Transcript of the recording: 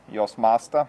jos mastą